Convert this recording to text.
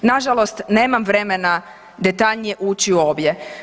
Nažalost, nemam vremena detaljnije ući u obje.